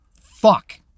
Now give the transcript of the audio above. fuck